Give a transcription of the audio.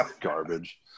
garbage